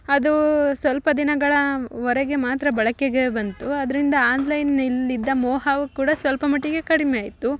ಅದು ಸ್ವಲ್ಪ ದಿನಗಳವರೆಗೆ ಮಾತ್ರ ಬಳಕೆಗೆ ಬಂತು ಅದರಿಂದ ಆನ್ಲೈನಿಲ್ಲಿ ಇದ್ದ ಮೋಹವು ಕೂಡ ಸ್ವಲ್ಪ ಮಟ್ಟಿಗೆ ಕಡಿಮೆ ಆಯಿತು